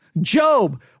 Job